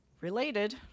related